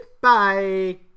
Bye